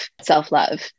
self-love